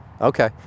Okay